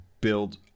build